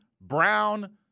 Brown